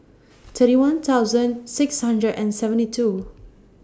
thirty one thousand six hundred and seventy two